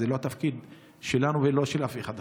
זה לא התפקיד שלנו ולא של אף אחד אחר.